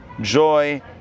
Joy